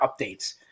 updates